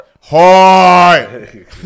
Hard